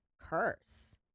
curse